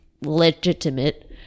legitimate